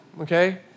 okay